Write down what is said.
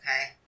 okay